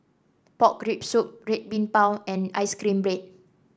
Pork Rib Soup Red Bean Bao and ice cream bread